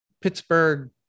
Pittsburgh